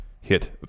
hit